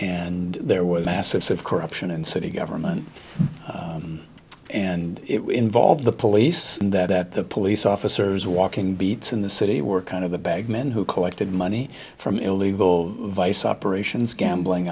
and there was massive corruption in city government and it would involve the police and that the police officers walking beats in the city were kind of the bagman who collected money from illegal vice operations gambling